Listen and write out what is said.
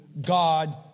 God